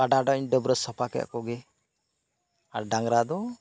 ᱠᱟᱰᱟ ᱫᱩᱧ ᱰᱟᱹᱵᱨᱟᱹ ᱥᱟᱯᱷᱟ ᱠᱮᱫ ᱠᱚᱜᱮ ᱟᱨ ᱰᱟᱝᱨᱟ ᱫᱚ